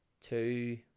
two